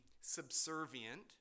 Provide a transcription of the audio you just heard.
subservient